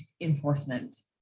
enforcement